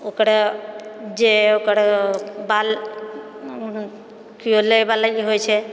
ओकरा जे ओकर बाल केओ लय वाली होइ छै